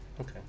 Okay